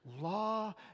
Law